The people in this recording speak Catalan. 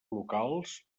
locals